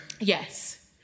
Yes